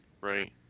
right